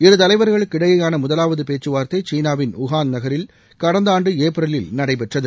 இரு தலைவர்களுக்கிடையிலான முதலாவது பேச்சுவார்த்தை சீனாவின் உஹான் நகரில் கடந்த ஆண்டு ஏப்ரல் நடைபெற்றது